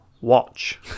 watch